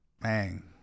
Man